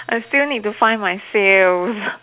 I still need to find my sales